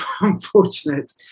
unfortunate